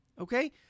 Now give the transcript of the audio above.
Okay